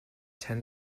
ten